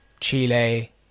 chile